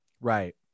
Right